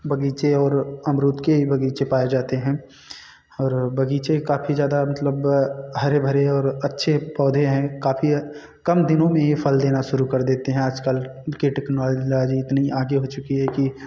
बगीचे और अमरूद के ही बगीचे पाए जाते हैं और बगीचे काफ़ी ज़्यादा मतलब हरे भरे और अच्छे पौधे हैं काफ़ी कम दिनों में फल देना शुरू कर देते हैं आजकल के टेक्नोलॉजी इतनी आगे हो चुकी है कि